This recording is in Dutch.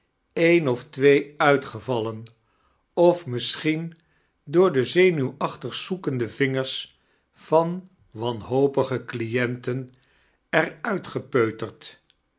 een of twee uitgevallen of misschien door de zenuwachtig zoekende vingers van wanihopige clisnten er uit